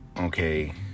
Okay